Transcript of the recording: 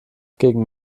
gegen